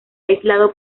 aislado